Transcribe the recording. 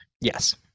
Yes